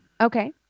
Okay